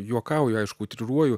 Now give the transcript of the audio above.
juokauju aišku utriruoju